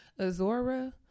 azora